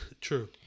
True